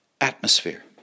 atmosphere